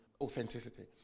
authenticity